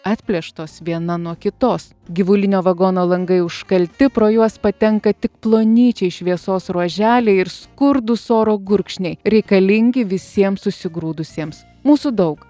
atplėštos viena nuo kitos gyvulinio vagono langai užkalti pro juos patenka tik plonyčiai šviesos ruoželiai ir skurdūs oro gurkšniai reikalingi visiem susigrūdusiems mūsų daug